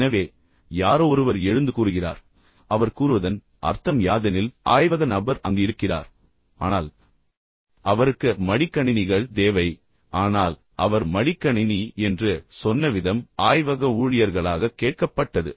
எனவே யாரோ ஒருவர் எழுந்து கூறுகிறார் அவர் கூறுவதன் அர்த்தம் யாதெனில் ஆய்வக நபர் அங்கு இருக்கிறார் ஆனால் அவருக்கு மடிக்கணினிகள் தேவை ஆனால் அவர் மடிக்கணினி என்று சொன்ன விதம் ஆய்வக ஊழியர்களாக கேட்கப்பட்டது